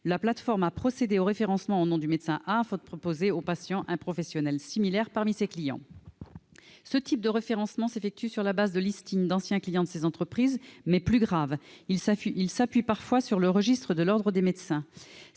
La plateforme a procédé au référencement du médecin A afin de pouvoir proposer au patient de recourir à un de ses clients. Ce type de référencement s'effectue sur la base de listings d'anciens clients de ces entreprises. Plus grave, il s'appuie parfois sur le registre de l'ordre des médecins.